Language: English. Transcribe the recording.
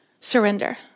surrender